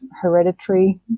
hereditary